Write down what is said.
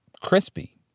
crispy